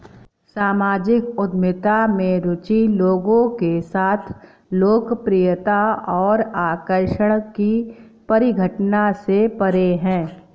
सामाजिक उद्यमिता में रुचि लोगों के साथ लोकप्रियता और आकर्षण की परिघटना से परे है